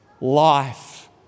life